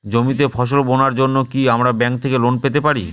জমিতে ফসল বোনার জন্য কি আমরা ব্যঙ্ক থেকে লোন পেতে পারি?